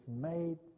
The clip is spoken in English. made